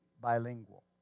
bilingual